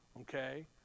okay